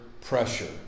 pressure